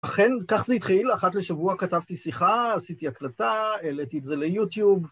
אכן, כך זה התחיל, אחת לשבוע כתבתי שיחה, עשיתי הקלטה, העליתי את זה ליוטיוב.